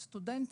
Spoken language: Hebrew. סטודנטים,